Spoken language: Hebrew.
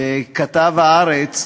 כתב "הארץ",